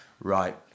right